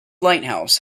lighthouse